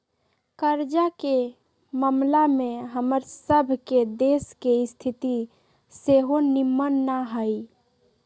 कर्जा के ममला में हमर सभ के देश के स्थिति सेहो निम्मन न हइ